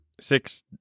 Six